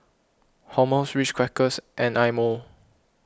Hormel Ritz Crackers and Eye Mo